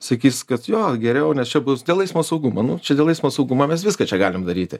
sakys kad jo geriau nes čia bus dėl eismo saugumo nu čia dėl eismo saugumo mes viską čia galim daryti